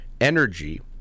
energy